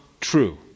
true